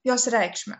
jos reikšmę